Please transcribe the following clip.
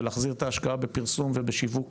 ולהחזיר את ההשקעה בפרסום ובשיווק